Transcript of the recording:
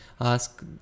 ask